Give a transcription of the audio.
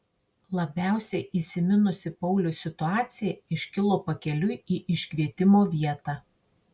labiausiai įsiminusi pauliui situacija iškilo pakeliui į iškvietimo vietą